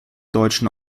deutschen